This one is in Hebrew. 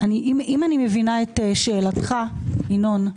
ינון,